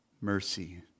mercy